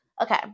Okay